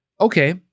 okay